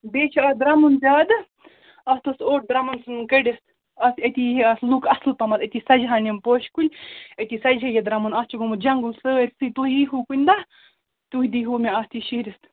بیٚیہِ چھُ اَتھ درٛمُن زیادٕ اَتھ اوس اوٚڑ درٛمُن ژھُنِتھ کٔڈِتھ اَتھ أتی یِہےَ اَتھ لُک اَصٕل پَہم أتی سَجٕہان یِم پوٗشہِ کُنۍ أتی سَجِہے یہِ درٛمُن اَتھ چھُ گوٚمُت جنٛگُل سٲرۍسٕے تُہۍ یی ہوٗ کُنہِ دۄہ تُہۍ دیٖہوٗ مےٚ اَتھ یہِ شیٖرِتھ